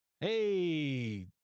Hey